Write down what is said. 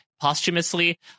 posthumously